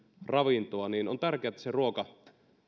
ravintoa niin on tärkeää että se ruoka